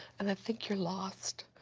and i think you're lost.